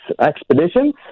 expeditions